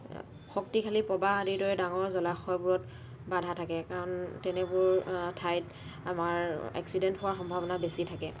শক্তিশালী প্ৰবাহ আদিৰ দৰে ডাঙৰ জলাশয়বোৰত বাধা থাকে কাৰণ তেনেবোৰ ঠাইত আমাৰ এক্সিডেণ্ট হোৱাৰ সম্ভাৱনা বেছি থাকে